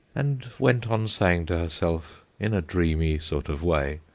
and went on saying to herself, in a dreamy sort of way,